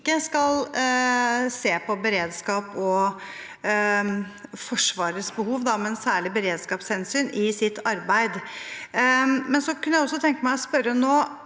ikke skal se på beredskap og Forsvarets behov, dvs. særlig beredskapshensyn, i sitt arbeid? Jeg kunne også tenke meg å spørre om